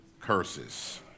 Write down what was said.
curses